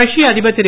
ரஷ்ய அதிபர் திரு